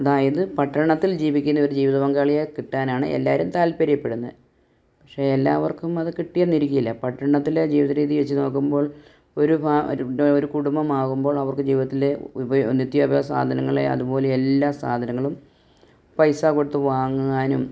അതായത് പട്ടണത്തിൽ ജീവിക്കുന്ന ഒരു ജീവിത പങ്കാളിയെ കിട്ടാനാണ് എല്ലാവരും താൽപര്യപ്പെടുന്നത് പക്ഷേ എല്ലാവർക്കും അത് കിട്ടിയെന്നിരിക്കില്ല പട്ടണത്തിലെ ജീവിതരീതി വച്ച് നോക്കുമ്പോൾ ഒരു ഒരു കുടുംബം ആകുമ്പോൾ അവർക്ക് ജീവിതത്തില് നിത്യ ഉപയോഗ സാധനങ്ങളെ അതുപോലെ എല്ലാ സാധനങ്ങളും പൈസ കൊടുത്ത് വാങ്ങുവാനും